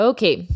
Okay